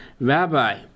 Rabbi